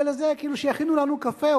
כאילו "שיכינו לנו קפה",